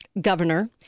governor